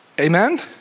Amen